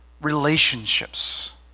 relationships